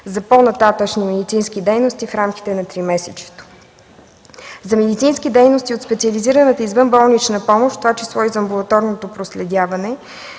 за по-нататъшни медицински дейности в рамките на тримесечието. За медицински дейности от специализираната извънболнична помощ, в това число и за амбулаторното проследяване